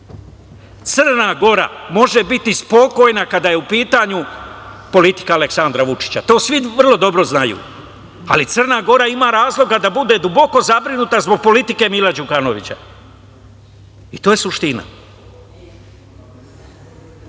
Gora može biti spokojna, kada je u pitanju politika Aleksandra Vučića, to svi vrlo dobro znaju, ali Crna Gora ima razloga da bude duboko zabrinuta zbog politike Mila Đukanovića. To je suština. Koga